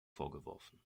vorgeworfen